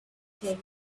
take